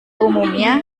umumnya